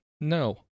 No